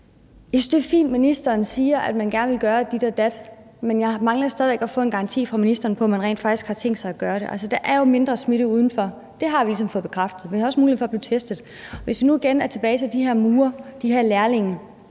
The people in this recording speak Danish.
Jeg synes, det er fint, at ministeren siger, at man gerne vil gøre dit og dat, men jeg mangler stadig at få en garanti fra ministeren for, at man rent faktisk har tænkt sig at gøre det. Altså, der er jo mindre smitte udenfor – det har vi ligesom fået bekræftet – og vi har også mulighed for at blive testet. Hvis nu vi vender tilbage til de her murere, de her lærlinge: